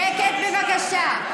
שקט, בבקשה.